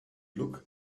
look